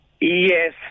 Yes